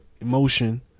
emotion